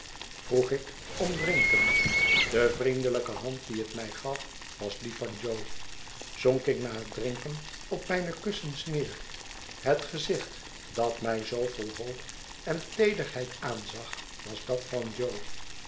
vroeg ik om drinken de vriendelijke hand die het mij gaf was die van jo zonk ik na het drinken op mijne kussens neer het gezicht dat mij zoo vol hoop en teederheid aanzag was dat van jo